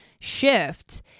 shift